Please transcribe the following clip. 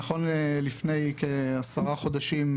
נכון ללפני עשרה חודשים,